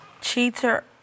cheater